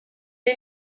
est